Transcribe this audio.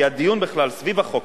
כי הדיון בכלל סביב החוק,